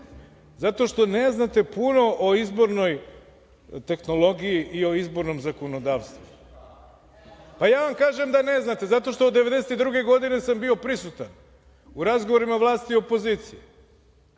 zato što ne znate puno o izbornoj tehnologiji i o izbornom zakonodavstvu. Ja vam kažem da ne znate zato što od 1992. godine prisutan u razgovorima vlasti i opozicije.